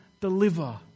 deliver